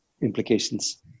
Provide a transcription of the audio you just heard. implications